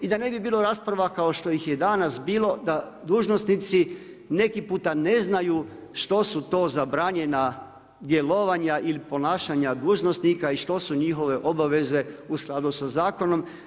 I da ne bi bilo rasprava kao što ih je danas bilo da dužnosnici neki puta ne znaju što su to zabranjena djelovanja ili ponašanja dužnosnika i što su njihove obaveze u skladu sa zakonom.